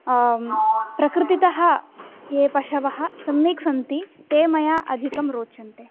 प्रकृतितः ये पशवः सम्यक् सन्ति ते मया अधिकं रोचन्ते